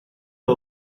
the